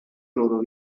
loro